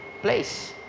place